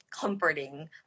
comforting